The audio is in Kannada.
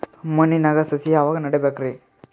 ಮಣ್ಣಿನಾಗ ಸಸಿ ಯಾವಾಗ ನೆಡಬೇಕರಿ?